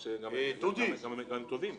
במקרה של הרשויות החלשות האלה שלא מעמידות את התקציב,